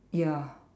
ya